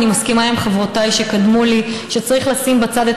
אני מסכימה עם חברותיי שקדמו לי: שצריך לשים בצד את